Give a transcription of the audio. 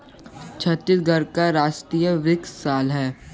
छत्तीसगढ़ का राजकीय वृक्ष साल है